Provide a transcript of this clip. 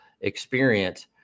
experience